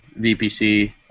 VPC